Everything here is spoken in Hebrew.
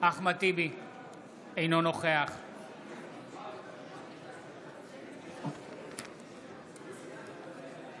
אינו נוכח מאיר כהן, בעד מירב כהן,